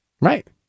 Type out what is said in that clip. Right